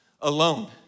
alone